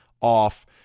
off